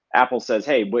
apple says, hey, but